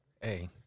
Hey